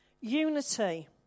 unity